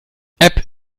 app